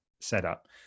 Setup